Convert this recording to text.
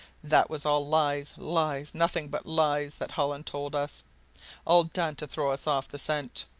that was all lies lies, nothing but lies that hollins told us all done to throw us off the scent.